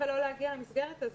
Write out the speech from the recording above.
הם יכולים לא להגיע למסגרת הזאת.